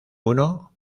uno